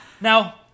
Now